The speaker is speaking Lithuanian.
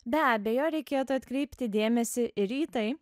be abejo reikėtų atkreipti dėmesį ir į tai